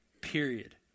period